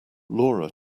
laura